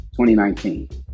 2019